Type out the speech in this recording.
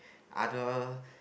other